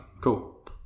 cool